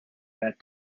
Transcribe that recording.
that